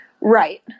Right